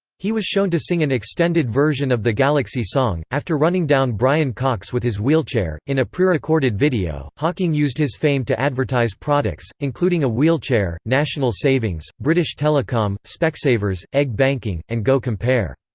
he was shown to sing an extended version of the galaxy song, after running down brian cox with his wheelchair, in a pre-recorded video hawking used his fame to advertise products, including a wheelchair, national savings, british telecom, specsavers, egg banking, and go compare.